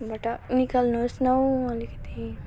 बाट निकाल्नुहोस् न हौ अलिकति